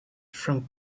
from